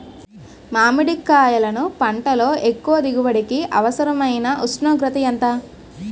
మామిడికాయలును పంటలో ఎక్కువ దిగుబడికి అవసరమైన ఉష్ణోగ్రత ఎంత?